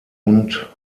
und